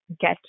get